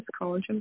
Collagen